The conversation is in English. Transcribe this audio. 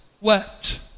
wept